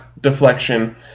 deflection